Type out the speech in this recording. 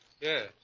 Yes